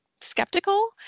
skeptical